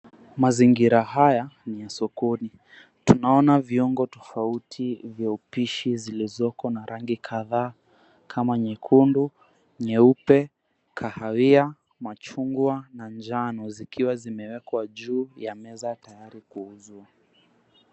Mazingira haya ni ya sokoni. Tunaona viungo tofauti vya upishi zilizoko na rangi kadhaa kama nyekundu, nyeupe, kahawia, machungwa na njano zikiwa zimewekwa juu ya meza tayari kuuzwa.